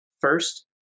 first